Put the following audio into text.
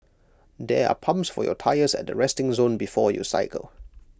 there are pumps for your tyres at the resting zone before you cycle